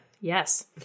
Yes